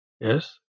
Yes